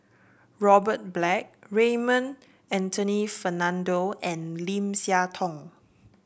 Robert Black Raymond Anthony Fernando and Lim Siah Tong